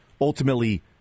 ultimately